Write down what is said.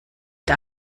der